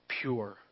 pure